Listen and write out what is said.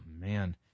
man